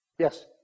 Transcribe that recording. Yes